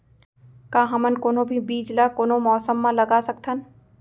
का हमन कोनो भी बीज ला कोनो मौसम म लगा सकथन?